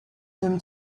him